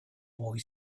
boy